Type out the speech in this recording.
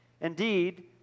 Indeed